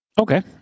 Okay